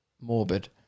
morbid